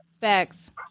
Facts